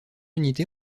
unités